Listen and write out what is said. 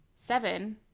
seven